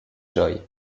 joy